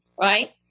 right